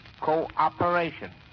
cooperation